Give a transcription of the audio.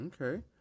Okay